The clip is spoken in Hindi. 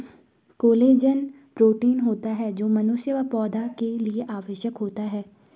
कोलेजन प्रोटीन होता है जो मनुष्य व पौधा के लिए आवश्यक होता है